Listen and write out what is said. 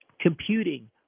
computing